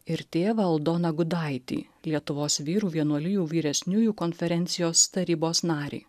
ir tėvą aldoną gudaitį lietuvos vyrų vienuolijų vyresniųjų konferencijos tarybos narį